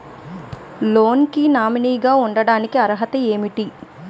Loan కి nominee గా ఉండటానికి అర్హత ఏమిటి?